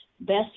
best